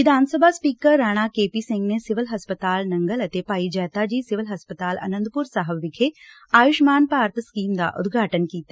ਵਿਧਾਨ ਸਭਾ speaker Rana KP Singh ਨੇ ਸਿਵਲ ਹਸਪਤਾਲ ਨੰਗਲ ਅਤੇ ਭਾਈ ਜੈਤਾ ਜੀ ਸਿਵਲ ਹਸਪਤਾਲ ਆਨੰਦਪੁਰ ਸਾਹਿਬ ਵਿਖੇ ਆਯੁਸ਼ਮਾਨ ਭਾਰਤ ਸਕੀਮ ਦਾ ਉਦਘਾਟਨ ਕੀਤਾ